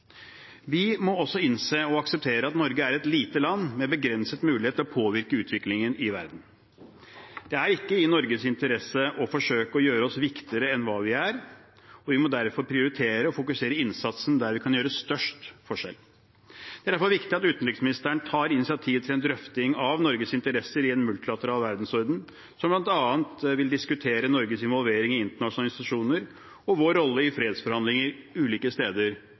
Vi må også innse og akseptere at Norge er et lite land med begrenset mulighet til å påvirke utviklingen i verden. Det er ikke i Norges interesse å forsøke å gjøre oss viktigere enn vi er, og vi må derfor prioritere og fokusere innsatsen der vi kan gjøre størst forskjell. Det er derfor viktig at utenriksministeren tar initiativ til en drøfting av Norges interesser i en multilateral verdensorden, bl.a. til å diskutere Norges involvering i internasjonale organisasjoner og vår rolle i fredsforhandlinger ulike steder